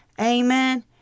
Amen